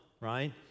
right